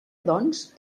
doncs